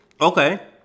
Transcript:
okay